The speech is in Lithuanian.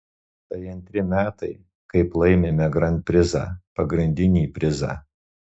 tai antri metai kaip laimime grand prizą pagrindinį prizą